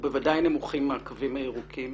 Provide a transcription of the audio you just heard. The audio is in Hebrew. ובוודאי נמוכים מהקווים הירוקים,